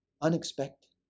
unexpected